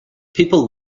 people